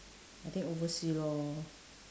I think oversea lor